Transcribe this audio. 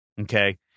Okay